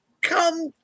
come